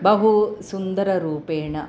बहु सुन्दररूपेण